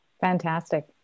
Fantastic